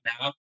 now